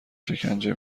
شکنجه